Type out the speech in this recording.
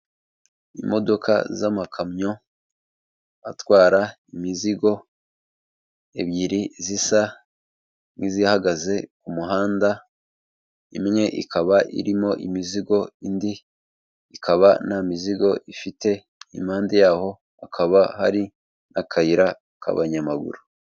Imodoka z'amakamyo atwara imizigo ebyiri zisa nk'izihagaze ku muhanda, imwe ikaba irimo imizigo indi ikaba nta mizigo ifite, impande yaho hakaba hari akayira k'abanyamaguru.